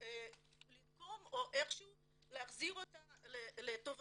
לנקום או איכשהו להחזיר אותה לטובתה.